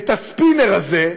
את הספינר הזה,